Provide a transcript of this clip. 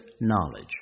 knowledge